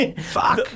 Fuck